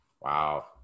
Wow